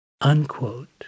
unquote